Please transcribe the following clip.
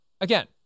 again